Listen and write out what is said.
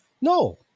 No